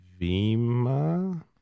Vima